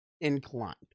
inclined